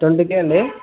twenty K అండి